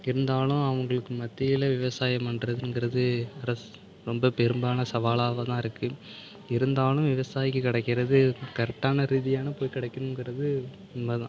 இருந்தாலும் அவர்களுக்கு மத்தியில் விவசாயம் பண்ணுறதுங்குறது ரொம்ப பெரும்பாலான சவாலாக தான் இருக்குது இருந்தாலும் விவசாயிக்கு கிடைக்கிறது கரெக்டான ரீதியான போய் கிடைக்கணும்ங்குறது உண்மை தான்